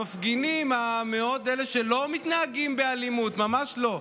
המפגינים, אלה שמאוד לא מתנהגים באלימות, ממש לא,